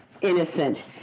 innocent